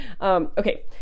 Okay